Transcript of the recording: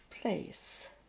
place